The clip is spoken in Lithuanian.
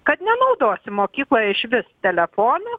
kad nenaudosim mokykloje išvis telefonų